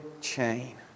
chain